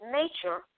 nature